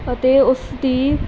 ਅਤੇ ਉਸ ਦੀ